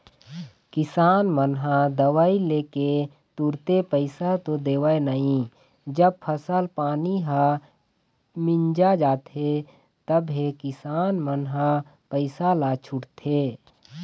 किसान मन ह दवई लेके तुरते पइसा तो देवय नई जब फसल पानी ह मिंजा जाथे तभे किसान मन ह पइसा ल छूटथे